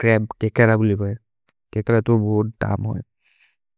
च्रब्, केकर, केकर is very expensive.